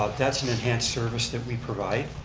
ah that's an enhanced service that we provide.